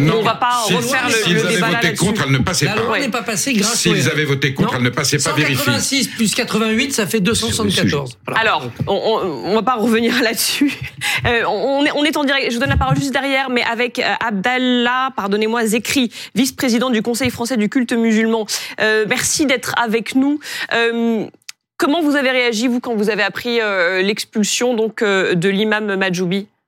Non, On va pas si- refaire si- le- s'ils le avaient débat là- voté là-dessus. contre, elle ne passait La pas. loi n'est Ouais. pas passée grâce au S'ils RN. avaient voté contre, Non. elle ne passait pas, 186 vérifier. plus 88, ça fait 274. Sur le sujet. Voilà. Alors, on- on- on va pas revenir là-dessus. Euh, on- on est- on est en direct. Je vous donne la parole juste derrière, mais avec, euh, Abdallah, pardonnez-moi, Zekri, vice-président du Conseil français du culte musulman. Euh, merci d'être avec nous. Euh, comment vous avez réagi, vous, quand vous avez appris, euh, l'expulsion, donc, euh, de l'imam Majoubi ?